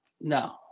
No